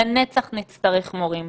לנצח נצטרך מורים.